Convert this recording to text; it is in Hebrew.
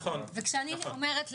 כשאני אומרת,